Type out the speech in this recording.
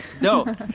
No